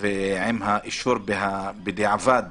עם האישור בדיעבד